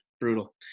brutal